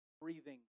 breathing